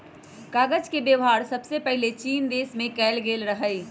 कागज के वेबहार सबसे पहिले चीन देश में कएल गेल रहइ